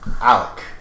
Alec